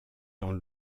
dans